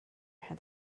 had